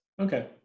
Okay